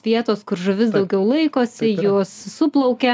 vietos kur žuvis daugiau laikosi jos suplaukia